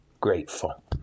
grateful